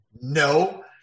no